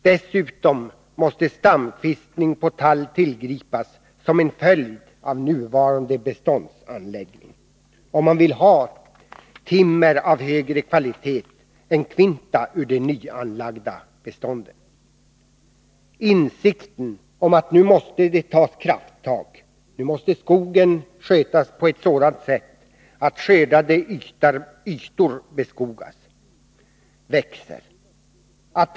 Dessutom måste stamkvistning på tall tillgripas som en följd av nuvarande beståndsanläggning, om man vill ha timmer av högre kvalitet än kvinta ur de nyanlagda bestånden. Nu måste det tas krafttag. Nu måste skogen skötas på ett sådant sätt att skördade ytor beskogas och skogen växer.